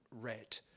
read